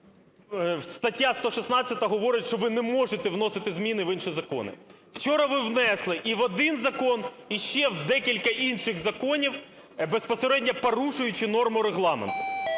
стаття 116 говорить, що ви не можете вносити зміни в інші закони. Вчора ви внесли і в один закон, і ще в декілька інших законів, безпосередньо порушуючи норму Регламенту.